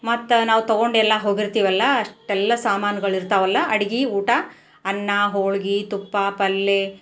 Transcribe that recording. ಮತ್ತೆ ನಾವು ತೊಗೊಂಡು ಎಲ್ಲ ಹೋಗಿರ್ತೀವಲ್ಲ ಅಷ್ಟೆಲ್ಲ ಸಾಮಾನುಗಳಿರುತ್ತಾವಲ್ಲ ಅಡ್ಗೆ ಊಟ ಅನ್ನ ಹೋಳ್ಗೆ ತುಪ್ಪ ಪಲ್ಯ